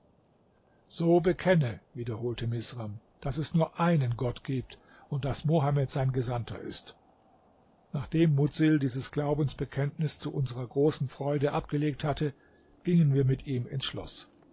so bekenne wiederholte misram daß es nur einen gott gibt und daß mohammed sein gesandter ist nachdem mudsil dieses glaubensbekenntnis zu unserer großen freude abgelegt hatte gingen wir mit ihm ins schloß